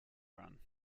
run